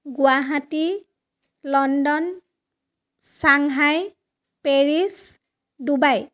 Guwahati London Shanghai Paris Dubai